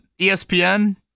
ESPN